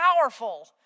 powerful